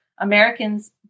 Americans